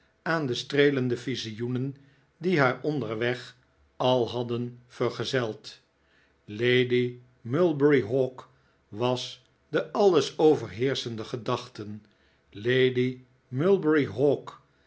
aan de streelende visioenen die haar onderweg al hadden vergezeld lady mulberry hawk was de alles overheerschende gedachte lady mulberry hawk